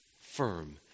firm